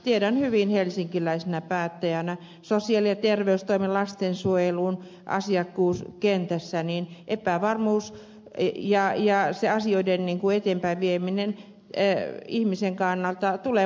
tiedän hyvin helsinkiläisenä päättäjänä sosiaali ja terveystoimen kuten lastensuojelun asiakkuuskentässä olevan epävarmuuden ja sen että asioiden eteenpäinvieminen ihmisen kannalta tulee monimutkaisemmaksi